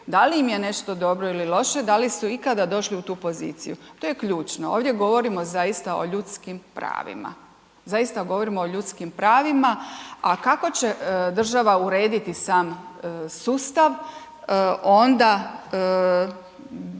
da li im je nešto dobro ili loše, da li su ikada došli u tu poziciju? To je ključno. Ovdje govorimo zaista o ljudskim pravima. Zaista govorimo o ljudskim pravima, a kako će država urediti am sustav, onda